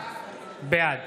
בעד